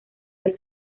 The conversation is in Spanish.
del